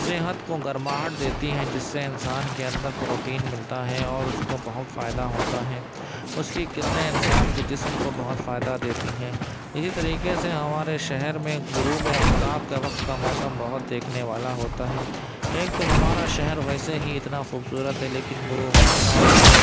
صحت کو گرماہٹ دیتی ہیں جس سے انسان کے اندر پروٹین ملتا ہے اور اس کو بہت فائدہ ہوتا ہے اس کی کرنیں انسان کے جسم کو بہت فائدہ دیتی ہیں اسی طریقے سے ہمارے شہر میں غروب آفتاب کا وقت کا موسم بہت دیکھنے والا ہوتا ہے ایک تو ہمارا شہر ویسے ہی اتنا خوبصورت ہے لیکن غروب آفتاب کا